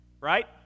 right